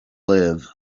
live